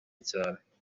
cyane